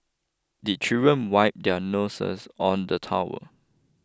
the children wipe their noses on the towel